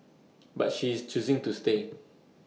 but she is choosing to stay